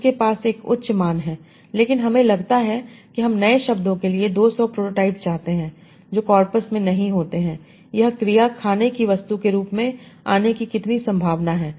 तो उनके पास एक उच्च मान है लेकिन हमें लगता है कि हम नए शब्दों के लिए 200 प्रोटो टाइप चाहते हैं जो कॉर्पस में नहीं होते हैं यह क्रिया खाने की वस्तु के रूप में आने की कितनी संभावना है